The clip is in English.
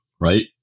right